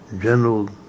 general